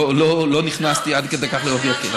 אני לא נכנסתי עד כדי כך בעובי הקורה.